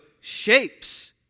shapes